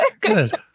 Good